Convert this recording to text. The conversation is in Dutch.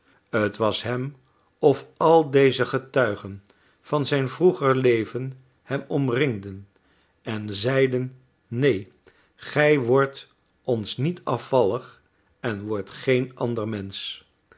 t was hem of al deze getuigen van zijn vroeger leven hem omringden en zeiden neen gij wordt ons niet afvallig en wordt geen ander mensch